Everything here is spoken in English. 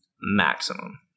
maximum